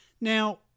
now